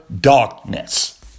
darkness